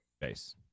base